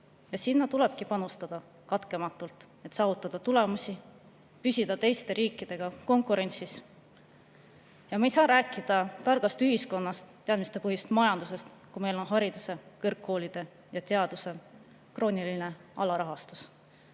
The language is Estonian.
Sinna tulebki panustada katkematult, et saavutada tulemusi ja püsida teiste riikidega konkurentsis. Ja me ei saa rääkida targast ühiskonnast, teadmistepõhisest majandusest, kui meil on hariduse, kõrgkoolide ja teaduse krooniline alarahastus.